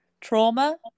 trauma